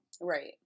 Right